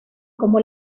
como